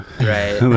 right